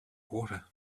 water